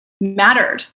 mattered